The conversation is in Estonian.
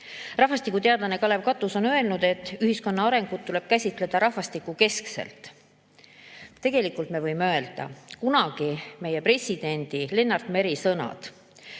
Rahvastikuteadlane Kalev Katus on öelnud, et ühiskonna arengut tuleb käsitleda rahvastikukeskselt. Tegelikult [on väga õiged] ka kunagi meie presidendi Lennart Meri öeldud